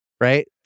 right